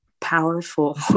powerful